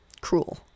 cruel